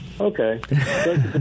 Okay